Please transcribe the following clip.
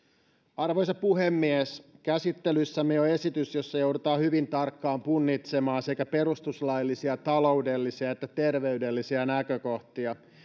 arvoisa puhemies käsittelyssämme on esitys jossa joudutaan hyvin tarkkaan punnitsemaan sekä perustuslaillisia taloudellisia että terveydellisiä näkökohtia